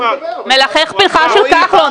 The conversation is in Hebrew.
מלחך פנכה של כחלון.